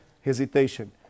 hesitation